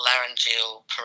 laryngeal